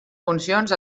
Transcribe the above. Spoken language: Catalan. funcions